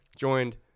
joined